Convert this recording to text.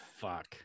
Fuck